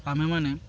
ଆମେମାନେ